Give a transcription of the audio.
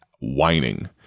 whining